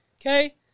Okay